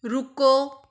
ਰੁਕੋ